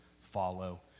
follow